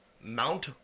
Mount